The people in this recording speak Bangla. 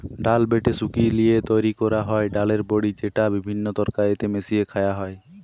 ডাল বেটে শুকি লিয়ে তৈরি কোরা হয় ডালের বড়ি যেটা বিভিন্ন তরকারিতে মিশিয়ে খায়া হয়